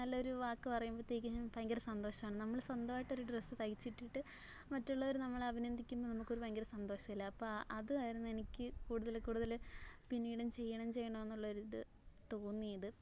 നല്ല ഒരു വാക്ക് പറയുമ്പോഴത്തേക്ക് ഞാൻ ഭയങ്കര സന്തോഷം ആണ് നമ്മൾ സ്വന്തവായിട്ട് ഒരു ഡ്രസ്സ് തയ്ച്ച് ഇട്ടിട്ട് മറ്റുള്ളവർ നമ്മളെ അഭിനന്ദിക്കുമ്പോൾ നമുക്കൊരു ഭയങ്കര സന്തോഷം അല്ലെ അപ്പോൾ അതായിരുന്നു എനിക്ക് ഇ കൂടുതൽ കൂടുതൽ പിന്നീടും ചെയ്യണം ചെയ്യണമെന്നുള്ള ഒരു ഇത് തോന്നിയത്